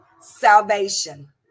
salvation